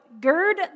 gird